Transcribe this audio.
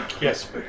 Yes